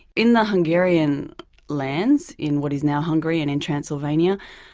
in the hungarian lands, in what is now hungary and in transylvania,